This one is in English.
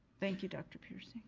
thank you dr. peercy.